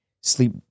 sleep